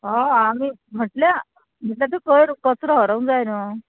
हय आमी म्हटल्या म्हटल्या तूं खंय कचरो हरोंग जाय न्हू